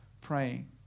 praying